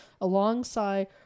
alongside